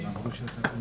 זאת רשות.